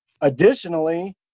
Additionally